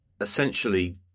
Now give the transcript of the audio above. essentially